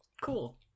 Cool